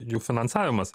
jų finansavimas